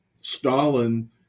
Stalin